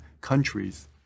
countries